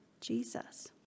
Jesus